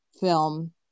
film